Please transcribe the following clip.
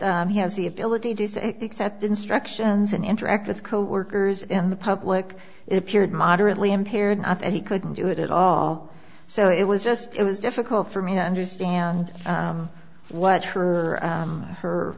he has the ability to say except instructions and interact with coworkers in the public it appeared moderately impaired and he couldn't do it at all so it was just it was difficult for me to understand what her or her